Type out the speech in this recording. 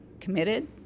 committed